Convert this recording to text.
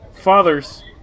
Fathers